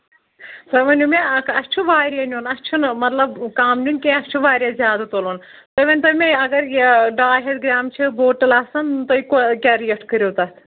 تُہۍ ؤنِو مےٚ اَکھ اَسہِ چھُ واریاہ نیُن اَسہِ چھُنہٕ مطلب کَم نیُن کیٚنٛہہ اَسہِ چھُ واریاہ زیادٕ تُلُن تُہۍ ؤنۍ تَو مےٚ اگر یہِ ڈاے ہَتھ گرٛام چھِ بوتَل آسَان تُہۍ کیٛاہ ریٹ کٔرِو تَتھ